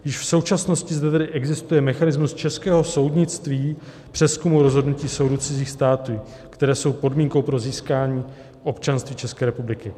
Již v současnosti zde tedy existuje mechanismus českého soudnictví k přezkumu rozhodnutí soudů cizích států, které jsou podmínkou pro získání občanství České republiky.